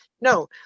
No